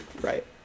Right